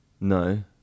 No